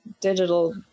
digital